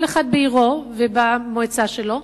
כל אחד בעירו ובמועצה שלו,